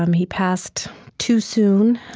um he passed too soon.